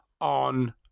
on